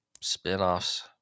spin-offs